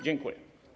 Dziękuję.